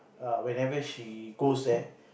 err whenever she goes there